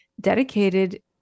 dedicated